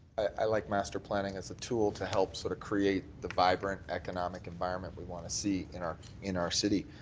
i like master planning as a tool to help sort of create the vibrant economic environment we want to see in our in our city.